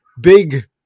big